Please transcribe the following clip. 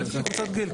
גיל.